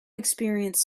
experience